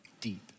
deep